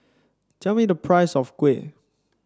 tell me the price of kuih